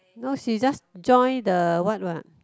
no she just join the what what